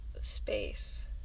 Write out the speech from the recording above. Space